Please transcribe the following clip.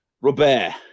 Robert